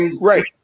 Right